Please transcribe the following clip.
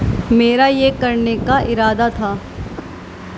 میرا یہ کرنے کا ارادہ تھا